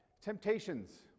Temptations